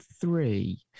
three